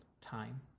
time